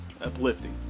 uplifting